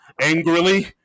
angrily